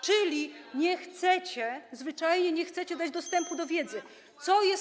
Czyli nie chcecie, zwyczajnie nie chcecie dać dostępu do wiedzy, co jest.